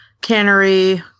cannery